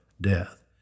death